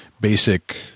basic